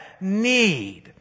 need